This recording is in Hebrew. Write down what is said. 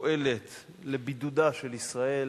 פועלת לבידודה של ישראל,